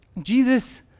Jesus